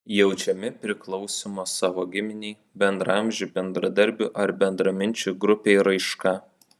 jaučiami priklausymo savo giminei bendraamžių bendradarbių ar bendraminčių grupei raiška